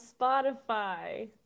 Spotify